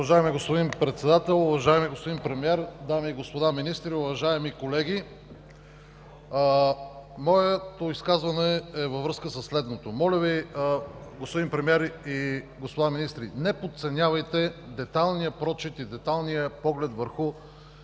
Уважаеми господин Председател, уважаеми господин Премиер, дами и господа министри, уважаеми колеги! Моето изказване е във връзка със следното: моля Ви, господин Премиер и господа министри, не подценявайте детайлния прочит и детайлния поглед върху